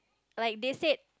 like they said